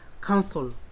Council